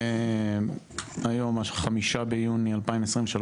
היום ה-5 ביוני 2023,